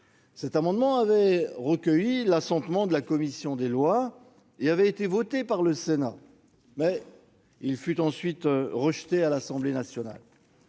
Cet amendement avait recueilli l'assentiment de la commission des lois et il avait été voté par le Sénat, mais il fut ensuite rejeté à l'Assemblée nationale.